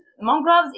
mangroves